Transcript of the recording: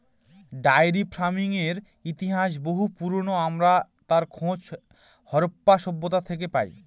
diary ফার্মিংয়ের ইতিহাস বহু পুরোনো, আমরা তার খোঁজ হরপ্পা সভ্যতা থেকে পাই